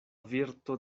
virto